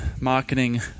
marketing